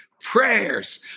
prayers